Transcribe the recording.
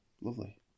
lovely